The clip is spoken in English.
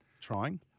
trying